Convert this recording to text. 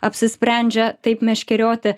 apsisprendžia taip meškerioti